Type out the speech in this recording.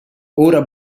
ora